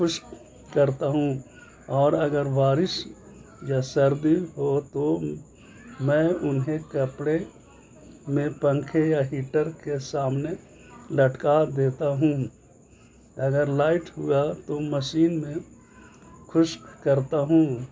خشک کرتا ہوں اور اگر بارش یا سردی ہو تو میں انہیں کپڑے میں پنکھے یا ہیٹر کے سامنے لٹکا دیتا ہوں اگر لائٹ ہوا تو مشین میں خشک کرتا ہوں